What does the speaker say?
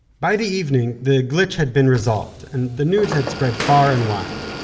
by the evening, the glitch had been resolved, and the news had spread far and wide.